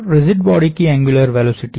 rigid body की angular velocity है